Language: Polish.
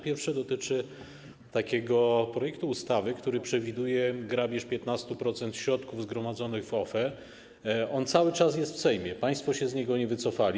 Pierwsze dotyczy takiego projektu ustawy, który przewiduje grabież 15% środków zgromadzonych w OFE - on cały czas jest w Sejmie, państwo się z niego nie wycofali.